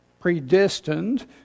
predestined